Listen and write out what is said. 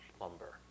lumber